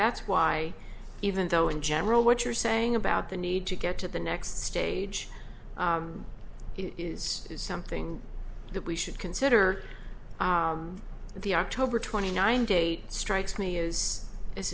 that's why even though in general what you're saying about the need to get to the next stage is something that we should consider the october twenty ninth date strikes me is